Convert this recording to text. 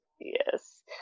yes